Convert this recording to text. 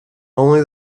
only